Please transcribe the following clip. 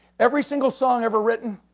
every single song ever written,